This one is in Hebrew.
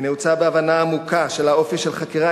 היא נעוצה בהבנה עמוקה של האופי של חקירה